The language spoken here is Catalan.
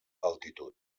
altitud